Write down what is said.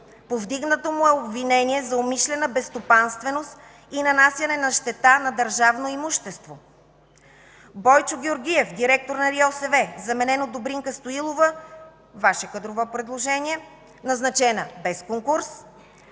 повдигнато му е обвинение за умишлена безстопанственост и нанасяне на щета на държавно имущество. Бойчо Георгиев, директор на РИОСВ – заменен от Добринка Стоилова, Ваше кадрово предложение, назначена без конкурс.